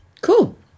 Cool